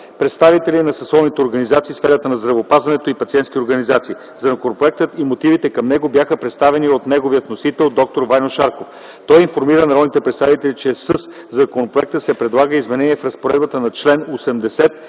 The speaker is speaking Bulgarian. представители на съсловните организации в сферата на здравеопазването и на пациентски организации. Законопроектът и мотивите към него бяха представени от неговия вносител д-р Ваньо Шарков. Той информира народните представители, че със законопроекта се предлага изменение в разпоредбата на чл. 80г,